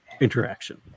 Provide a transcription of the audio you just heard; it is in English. interaction